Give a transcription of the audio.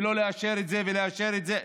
ולא לאשר את זה ולאשר את זה.